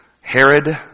Herod